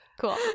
Cool